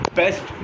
best